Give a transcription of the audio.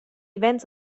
events